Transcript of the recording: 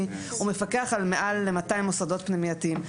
מפקח על מעל 200 מוסדות פנימייתיים.